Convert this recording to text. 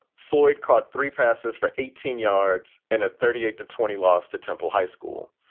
floyd caught three passes for eighteen yards and a thirty eight to twenty loss to temple high school.